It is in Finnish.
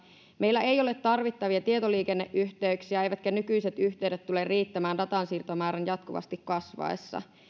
meillä ei ole tarvittavia tietoliikenneyhteyksiä eivätkä nykyiset yhteydet tule riittämään datansiirtomäärän jatkuvasti kasvaessa